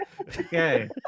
Okay